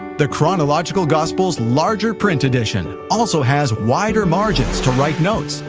the chronological gospels larger print edition also has wider margins to write notes,